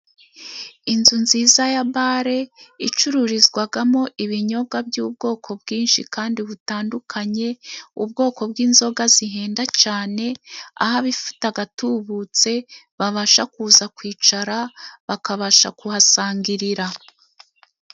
Inzu nziza ya bare icururizwamo ibinyobwa by'ubwoko bwinshi kandi butandukanye, ubwoko bw'inzoga zihenda cyane, aho abifite agatubutse, babasha kuza kwicara bakabasha kuhasangirira.